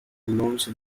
launch